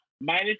Minus